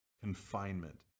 confinement